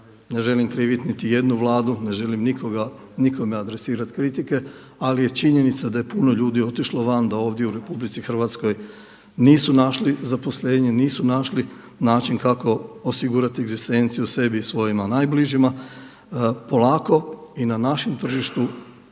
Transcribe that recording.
ne želim kriviti niti jednu Vladu, ne želim nikome adresirati kritike ali je činjenica da je puno ljudi otišlo van, da ovdje u RH nisu našli zaposlenje, nisu našli način kako osigurati egzistenciju sebi i svojima najbližima. Polako i na našem tržištu